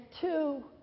two